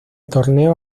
torneo